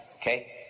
okay